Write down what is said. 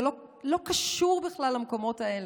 זה לא קשור בכלל למקומות האלה.